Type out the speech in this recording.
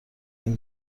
این